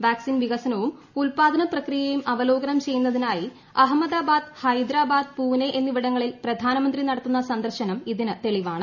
vaccine വികസനവും ഉൽപാദന പ്രക്രിയയും അവലോകനം ചെയ്യുന്നതിനായി അഹമ്മദാബാദ് ഹൈദരാബാദ് പൂനെ എന്നിവിടങ്ങളിൽ പ്രധാനമന്ത്രി നടത്തുന്ന സന്ദർശനം ഇതിനു തെളിവാണ്